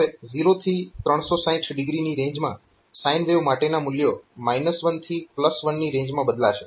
હવે 0 થી 360O ની રેન્જમાં સાઈન વેવ માટેના મૂલ્યો 1 થી 1 ની રેન્જમાં બદલાશે